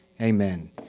Amen